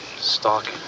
Stalking